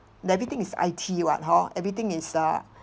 everything is I_T [what] hor everything is uh